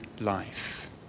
life